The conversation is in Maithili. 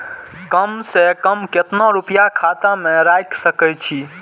कम से कम केतना रूपया खाता में राइख सके छी?